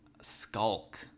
skulk